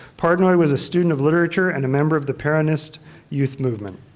partnoy was a student of literature and a member of the peronist youth movement